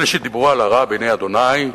אלה שדיברו על הרע בעיני אדוני.